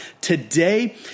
today